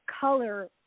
color